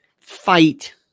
fight